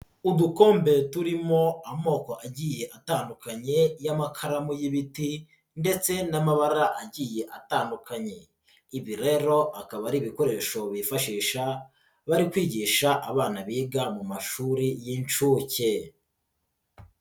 Udukombe turimo amoko agiye atandukanye y'amakaramu y'ibiti ndetse n'amabara agiye atandukanye, ibi rero akaba ari ibikoresho bifashisha, bari kwigisha abana biga mu mashuri y'incuke.